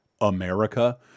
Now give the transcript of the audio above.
America